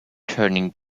turning